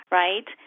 right